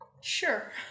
Sure